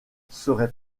serait